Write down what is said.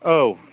औ